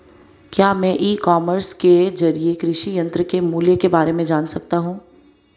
क्या मैं e commerce के ज़रिए कृषि यंत्र के मूल्य में बारे में जान सकता हूँ?